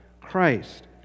Christ